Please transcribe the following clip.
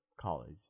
college